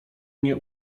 mnie